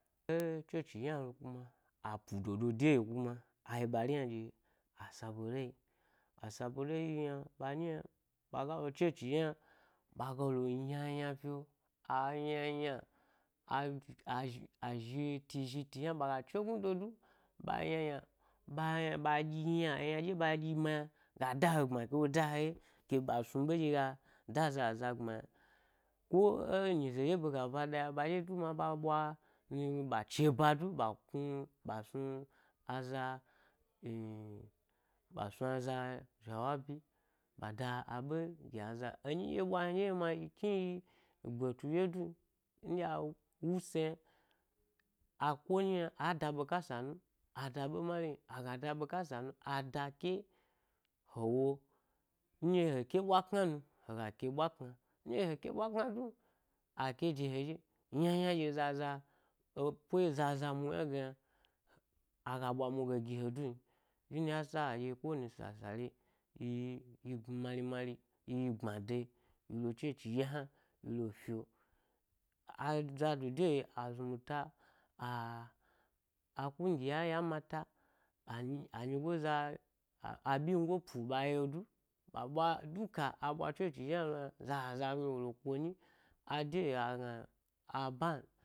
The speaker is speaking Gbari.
E chochi a ɗye lo kuma apu dodo de ye’o kuma ayi, ɓari-hna, ɗye a sabon rai, a sabon rai yi yna ɓari hna ɓaga lo chochi ɗye yna ɗa ga le yna yna fyo, a yna e yna a azhi, azhiti zhiti yna baga chegnudo du ɓa yna’ yna ɓa yna ba ɗyi’ yna eyna ɗye ɓa ɗyi yna ga da he gbma ke wo da he ye, ke ɓa snu ɓe dye ga da zaza gbma yna. Ko enyi ze ɗye ɓe gaba ɗa ya ɓaɓye du ma ɓa ɓwa hni b ache ba du ɓa kni ba sni aza en, ɓa snu aza jawabi ɓa da aɓe gi aza eni ɗye ɓwa hni ɗye ma keyi gbetu ɗye dun nɗye a wuse ako nyi yna a da ɓekasa nu m ada’ ɓe marin, aga da ɓekasa nu ada ke, he wo nɗye yi gi he ke ɓwa kna nu hega ke’ ɓwa kna nɗye yi he ke’ ɓwa kna du make de he ɗye yna yna nɗye zaza e ɓwe ndye zaza mu’ yna ge yna, aga ɓwa mu ge gi he du n shine yasa ko wani sasa loyi yi yi yi yi mari mari yi yi gbmada yi yilo. Chocho ɗye yna yilo fye’o. Azado de yi’o azumuta, a-a kungiyar yam mata anyi anyigoza, a ɓyingo’ pu ɓa ye’o du ɓa ɓwa duka a ɓwa chocho ɗye yna lo yna zaza lo wolo kanyi a de ye’o a gna.